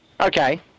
Okay